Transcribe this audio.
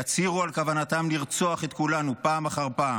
יצהירו על כוונתם לרצוח את כולנו פעם אחר פעם,